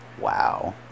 Wow